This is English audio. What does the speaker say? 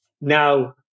Now